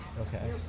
Okay